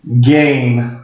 game